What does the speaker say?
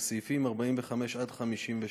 וסעיפים 45 56,